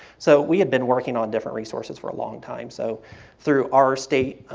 so we had been working on different resources for a long time, so through our state